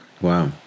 Wow